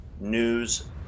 news